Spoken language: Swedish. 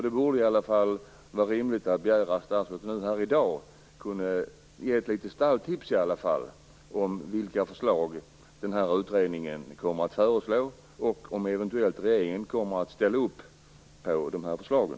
Det borde vara rimligt att begära att statsrådet här i dag skulle kunna ge ett litet stalltips i alla fall om vad den här utredningen kommer att föreslå och om regeringen eventuellt kommer att ställa upp på förslagen.